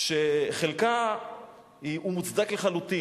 שחלקה הוא מוצדק לחלוטין,